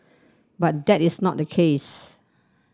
but that is not the case